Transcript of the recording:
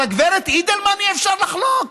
על הגב' אידלמן אי-אפשר לחלוק?